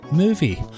movie